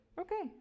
okay